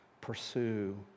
pursue